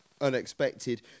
unexpected